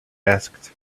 asked